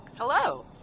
Hello